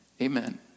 Amen